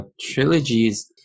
trilogies –